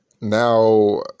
now